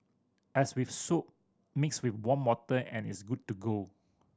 as with soap mix with warm water and it's good to go